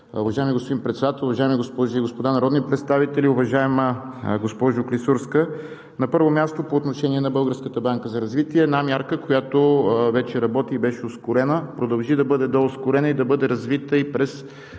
Уважаеми господин Председател, уважаеми госпожи и господа народни представители! Уважаема госпожо Клисурска, на първо място по отношение на Българската банка за развитие – една мярка, която вече работи и беше ускорена, продължи да бъде доускорена и да бъде развита и през